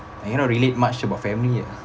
and you're not relate much about family ah